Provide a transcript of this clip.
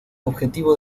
objetivo